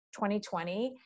2020